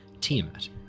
Tiamat